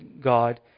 God